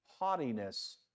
haughtiness